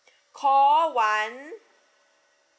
call one